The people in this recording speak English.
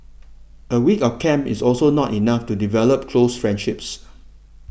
a week of camp is also not enough to develop close friendships